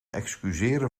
excuseren